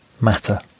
matter